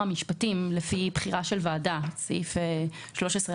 המשפטים לפי בחירה של ועדה סעיף 13(א),